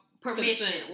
permission